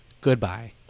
Goodbye